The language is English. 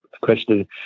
question